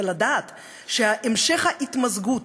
ולדעת שהמשך ההתמזגות